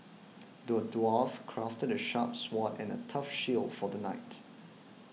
the dwarf crafted the sharp sword and a tough shield for the knight